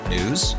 News